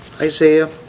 Isaiah